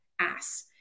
ass